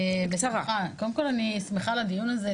קודם כל אני שמחה על הדיון הזה,